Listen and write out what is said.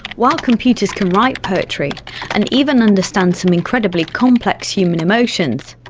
while computers can write poetry and even understand some incredibly complex human emotions,